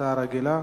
הצעה רגילה.